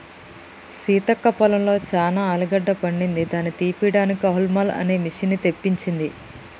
సీతక్క పొలంలో చానా ఆలుగడ్డ పండింది దాని తీపియడానికి హౌల్మ్ అనే మిషిన్ని తెప్పించింది